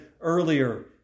earlier